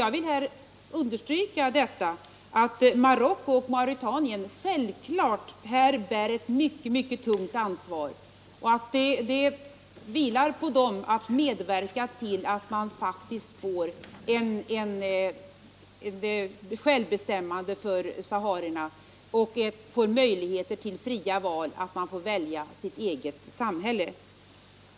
Jag vill här också understryka att Marocko och Mauretanien självfallet bär ett utomordentligt tungt ansvar och att det vilar på dessa länder att medverka till att saharierna faktiskt får självbestämmanderätt och får möjligheter till fria val — att de får välja sitt eget samhälle.